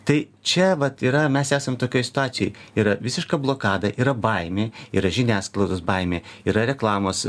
tai čia vat yra mes esam tokioj situacijoj yra visiška blokada yra baimė yra žiniasklaidos baimė yra reklamos